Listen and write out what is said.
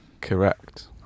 Correct